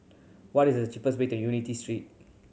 what is the cheapest way to Unity Street